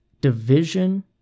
division